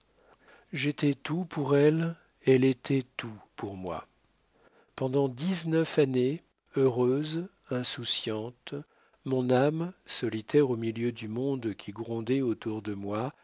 j'étais tout pour elle elle était tout pour moi pendant dix-neuf années pleinement heureuses insouciantes mon âme solitaire au milieu du monde qui grondait autour de moi